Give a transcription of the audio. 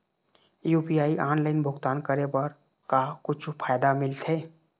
UPI online भुगतान करे बर का कुछू फायदा मिलथे?